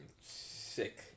sick